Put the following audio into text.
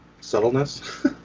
subtleness